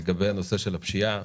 לגבי הנושא של הפשיעה,